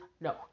No